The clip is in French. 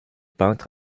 peintre